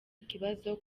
ikibazo